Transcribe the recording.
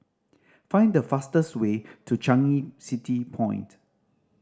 find the fastest way to Changi City Point